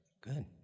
Good